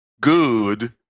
good